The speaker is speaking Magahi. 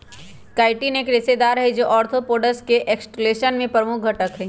काइटिन एक रेशेदार हई, जो आर्थ्रोपोड्स के एक्सोस्केलेटन में प्रमुख घटक हई